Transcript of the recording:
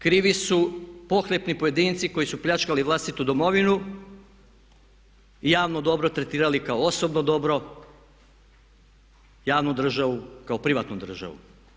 Krivi su pohlepni pojedinci koji su pljačkali vlastitu domovinu i javno dobro tretirali kao osobno dobro, javnu državu kao privatnu državu.